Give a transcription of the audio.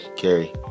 gary